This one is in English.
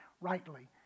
rightly